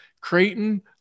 Creighton